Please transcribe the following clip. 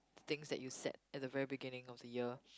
things that you set at the very beginning of the year